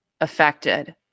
affected